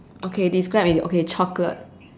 okay describe it okay chocolate